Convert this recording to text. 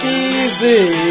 easy